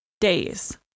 days